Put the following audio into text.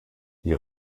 die